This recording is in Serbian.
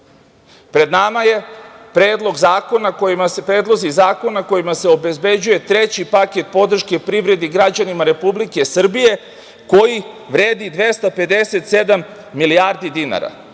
nama su predlozi zakona kojima se obezbeđuje treći paket podrške privredi i građanima Republike Srbije koji vredi 257 milijardi dinara. Mi